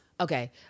Okay